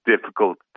difficult